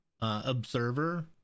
Observer